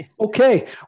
Okay